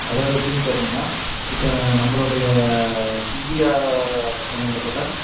அதாவது எப்படின்னு கேட்டிங்கன்னா இப்போ நம்மளோடைய இந்தியா சம்மந்தப்பட்ட